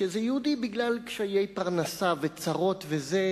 איזה יהודי, בגלל קשיי פרנסה וצרות וכו',